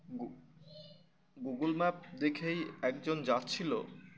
গু Google map দেখেই একজন যাচ্ছিল